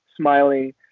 smiling